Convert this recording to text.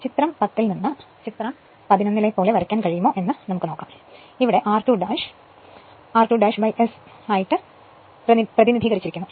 ചിത്രം 10 ൽ നിന്ന് ചിത്രം 11 ലെ പോലെ വരയ്ക്കാൻ കഴിയുമോ എന്ന് നമുക്ക് കാണാം ഇവിടെ r2 r2S ആയി പ്രതിനിധീകരിക്കുന്നു